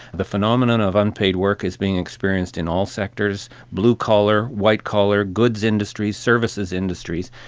the phenomenon of unpaid work is being experienced in all sectors blue-collar, white-collar, goods industries, services industries,